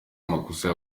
amakosa